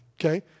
okay